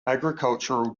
agricultural